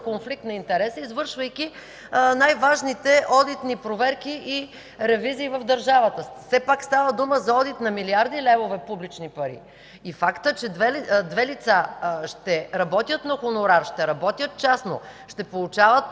конфликт на интереси, извършвайки най-важните одитни проверки и ревизии в държавата. Все пак става дума за одит на милиарди левове публични пари. Фактът, че две лица ще работят на хонорар, ще работят частно, ще получават